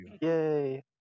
Yay